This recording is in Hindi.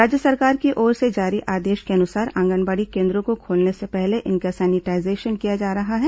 राज्य सरकार की ओर से जारी आदेश के अनुसार आंगनबाड़ी केन्द्रों को खोलने से पहले इनका सैनिटाईजेशन किया जा रहा है